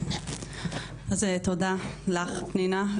תודה לך פנינה,